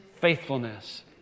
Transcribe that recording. faithfulness